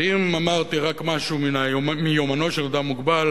ואם אמרתי רק משהו מיומנו של אדם מוגבל,